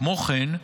כמו כן,